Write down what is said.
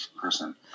person